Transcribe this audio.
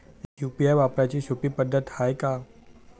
UPI वापराची सोपी पद्धत हाय का?